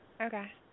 Okay